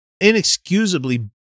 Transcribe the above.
inexcusably